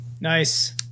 Nice